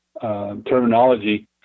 terminology